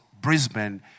Brisbane